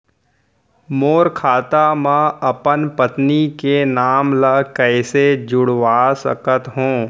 मोर खाता म अपन पत्नी के नाम ल कैसे जुड़वा सकत हो?